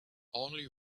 only